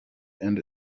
and